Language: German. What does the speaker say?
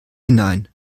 hinein